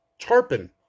Tarpon